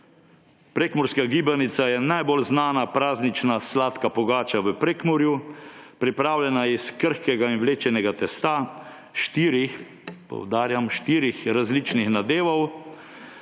Prekmurska gibanica je najbolj znana praznična sladka pogača v Prekmurju, pripravljena je iz krhkega in vlečenega testa, štirih, poudarjam